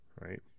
Right